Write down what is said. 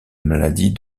maladie